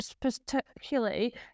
particularly